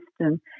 system